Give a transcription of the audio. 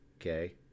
Okay